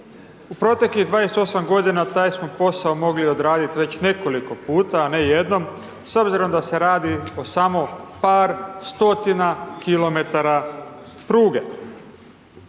u proteklih 28 godina taj smo posao mogli odraditi već nekoliko puta, a ne jednom s obzirom da se radi o samo par stotina kilometara pruge.